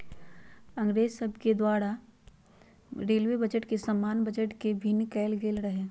अंग्रेज सभके द्वारा रेलवे बजट के सामान्य बजट से भिन्न कएल गेल रहै